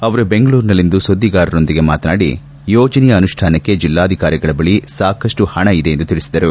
ಅವರು ಬೆಂಗಳೂರಿನಲ್ಲಿಂದು ಸುದ್ದಿಗಾರರೊಂದಿಗೆ ಮಾತನಾಡಿ ಯೋಜನೆಯ ಅನುಷ್ಠಾನಕ್ಕೆ ಜಿಲ್ಲಾಧಿಕಾರಿಗಳ ಬಳಿ ಸಾಕಷ್ಟು ಹಣಿ ಇದೆ ಎಂದು ತಿಳಿಸಿದರು